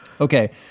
Okay